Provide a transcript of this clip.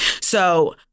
So-